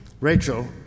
Rachel